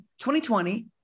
2020